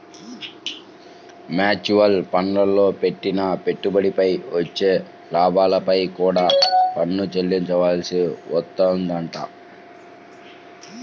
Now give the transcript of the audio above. mutual ఫండ్లల్లో పెట్టిన పెట్టుబడిపై వచ్చే లాభాలపై కూడా పన్ను చెల్లించాల్సి వత్తదంట